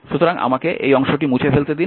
সুতরাং আমাকে এটি মুছে ফেলতে দিন